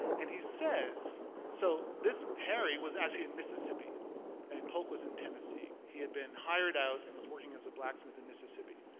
and he says so harry was actually in mississippi and polk was in tennessee. he had been hired out and was working as a blacksmith in mississippi.